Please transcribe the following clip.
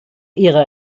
ihrer